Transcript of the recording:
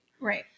Right